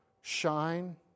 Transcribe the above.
shine